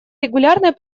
регулярной